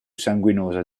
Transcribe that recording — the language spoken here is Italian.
sanguinosa